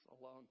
alone